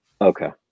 okay